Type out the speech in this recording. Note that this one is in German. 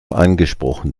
angesprochen